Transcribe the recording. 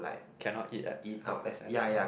cannot eat at hawker center